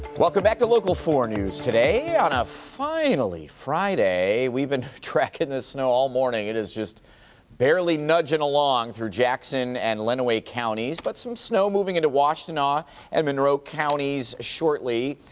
welcome back to local four news today on a finally friday. we've been tracking the snow all morning. it is just barely nudging along through jackson and lenawee counties, but some snow moving into washtenaw and monroe counties shortly.